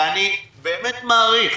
ואני באמת מעריך,